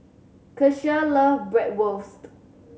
Keshia love Bratwurst